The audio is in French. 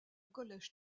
collège